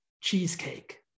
cheesecake